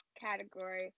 category